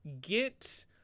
get